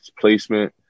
placement